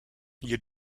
you